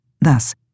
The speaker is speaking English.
Thus